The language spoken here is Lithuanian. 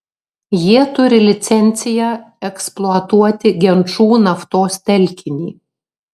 jie turi licenciją eksploatuoti genčų naftos telkinį